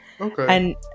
Okay